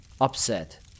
upset